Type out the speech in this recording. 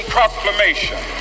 Proclamation